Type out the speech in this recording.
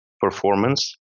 performance